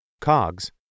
COGS